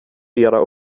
era